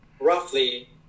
roughly